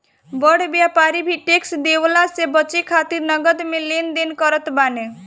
बड़ व्यापारी भी टेक्स देवला से बचे खातिर नगद में लेन देन करत बाने